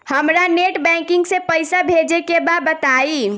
हमरा net banking से पईसा भेजे के बा बताई?